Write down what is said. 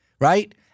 right